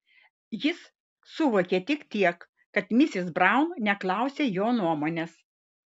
jis suvokė tik tiek kad misis braun neklausia jo nuomonės